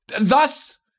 thus